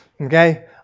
Okay